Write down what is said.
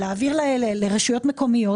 של להעביר לרשויות מקומיות.